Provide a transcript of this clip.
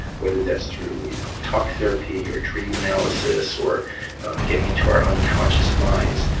whether that's through you know talk therapy, or dream analysis, or getting into our unconscious minds,